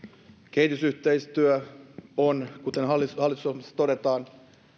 kehitysyhteistyö on kuten hallitusohjelmassa todetaan